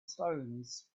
stones